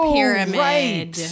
Pyramid